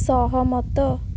ସହମତ